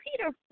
Peter